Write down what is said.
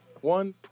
one